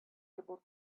able